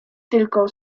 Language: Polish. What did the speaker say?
tylko